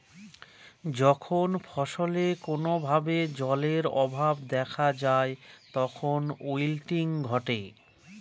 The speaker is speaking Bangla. যখন ফসলে কোনো ভাবে জলের অভাব দেখা যায় তখন উইল্টিং ঘটে